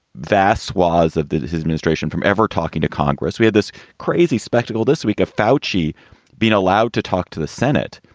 vast swaths of his administration from ever talking to congress. we had this crazy spectacle this week of foushee being allowed to talk to the senate,